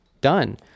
done